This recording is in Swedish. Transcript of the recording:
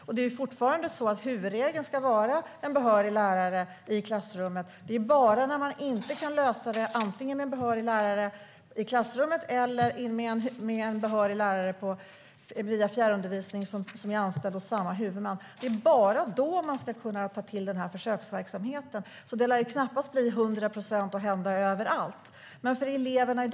Huvudregeln är fortfarande att det ska finnas en behörig lärare i klassrummet. Man ska bara kunna ta till försöksverksamheten när man inte kan lösa situationen med antingen en behörig lärare i klassrummet eller en behörig lärare, anställd hos samma huvudman, via fjärrundervisning. Det lär knappast bli 100 procent, och det lär knappast hända överallt.